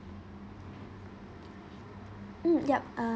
mm yup uh